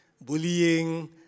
bullying